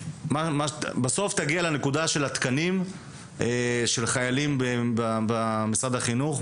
בסוף תגיע לנקודה של התקנים של חיילים במשרד החינוך.